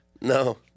No